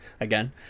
again